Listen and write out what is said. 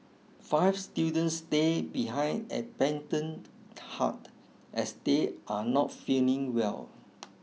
five students stay behind at Pendant Hut as they are not feeling well